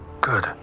Good